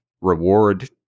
reward